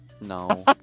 No